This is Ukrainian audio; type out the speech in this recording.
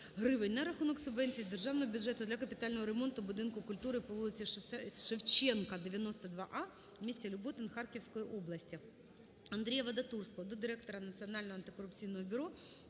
за рахунок субвенцій з державного бюджету для капітального ремонту будинку культури по вулиці Шевченка, 92 а, у місті Люботин Харківської області. Андрія Вадатурського до Директора Національного антикорупційного бюро